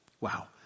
Wow